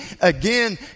Again